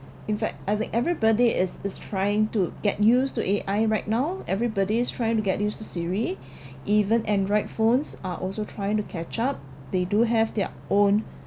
in fact I think everybody is is trying to get used to A_I right now everybody's trying to get used to siri even android phones are also trying to catch up they do have their own